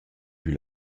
plü